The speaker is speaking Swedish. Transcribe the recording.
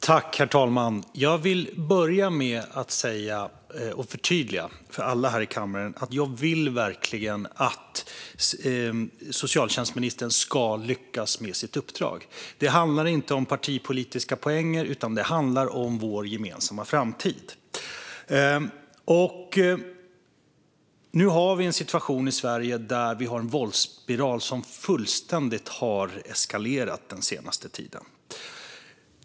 Herr talman! Jag vill börja med att förtydliga för alla här i kammaren att jag verkligen vill att socialtjänstministern ska lyckas med sitt uppdrag. Detta handlar inte om partipolitiska poäng, utan det handlar om vår gemensamma framtid. Nu har vi en situation i Sverige med en våldsspiral som har eskalerat kraftigt den senaste tiden.